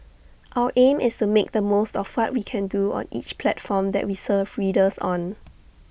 our aim is to make the most of what we can do on each platform that we serve readers on